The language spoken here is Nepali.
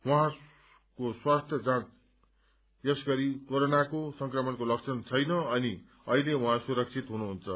उहाँ स्वास्थ्य जाँच यस घरी क्रोरोना संक्रमणको लक्षण छ अनि अहिले उहाँ सुरक्षित हुनुहुन्छ